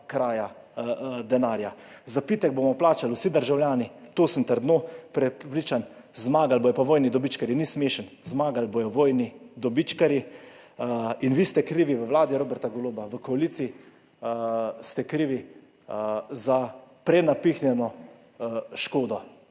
kraja denarja. Zapitek bomo plačali vsi državljani, o tem sem trdno prepričan, zmagali bodo pa vojni dobičkarji. Ni smešeno! Zmagali bodo vojni dobičkarji in vi ste krivi, v vladi Roberta Goloba, v koaliciji ste krivi za prenapihnjeno škodo.